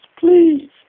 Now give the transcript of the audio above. please